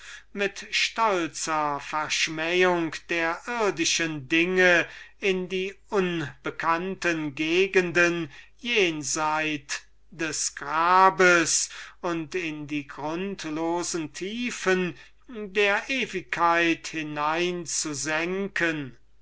mit stolzer verschmähung der irdischen dinge in melancholische betrachtungen ihres nichts in die unbekannten gegenden jenseits des grabes und die grundlosen tiefen der ewigkeit hineinzusenken